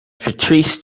patrese